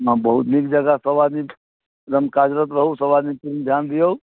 बहुत नीक जकाँ सब आदमी एकदम कार्यरत रहू सब आदमी कनी ध्यान दियौ